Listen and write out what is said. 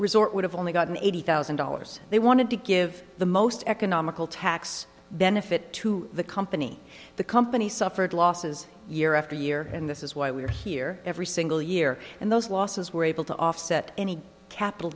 resort would have only gotten eighty thousand dollars they wanted to give the most economical tax benefit to the company the company suffered losses year after year and this is why we are here every single year and those losses were able to offset any capital